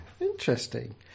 Interesting